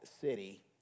city